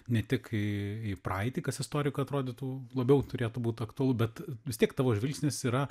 ne tik į į praeitį kas istorikui atrodytų labiau turėtų būt aktualu bet vis tiek tavo žvilgsnis yra